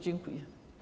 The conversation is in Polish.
Dziękuję.